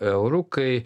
eurų kai